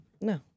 No